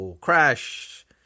crash